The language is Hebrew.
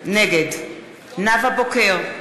נגד נאוה בוקר,